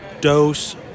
dose